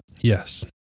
Yes